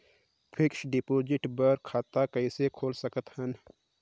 Fixed deposit बर खाता कइसे खोल सकत हन?